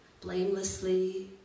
blamelessly